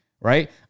right